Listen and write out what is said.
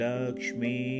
Lakshmi